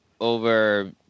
Over